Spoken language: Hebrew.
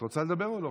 את רוצה לדבר או לא?